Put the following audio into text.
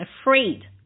afraid